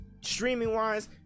streaming-wise